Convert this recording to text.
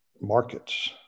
markets